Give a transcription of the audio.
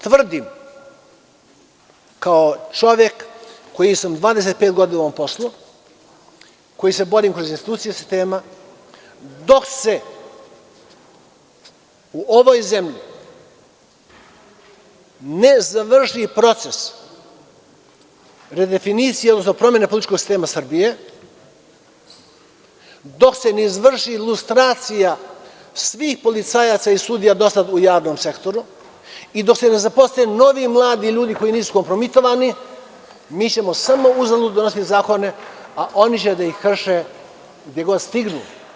Tvrdim, kao čovek koji sam 25 godina u ovom poslu, koji se bori kroz institucije sistema, dok se u ovoj zemlji ne završi proces redefinicije za promene političkog sistema Srbije, dok se ne izvrši lustracija svih policajaca i sudija do sada u javnom sektoru i dok se ne zaposle novi mladi ljudi koji nisu kompromitovani, mi ćemo samo uzaludno donositi zakoni, a oni će da ih krše gde god stignu.